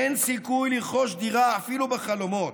אין סיכוי לרכוש דירה אפילו בחלומות,